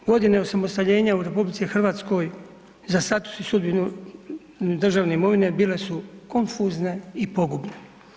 Godine osamostaljenja u RH za status i sudbinu državne imovine bile su konfuzne i pogubne.